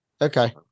Okay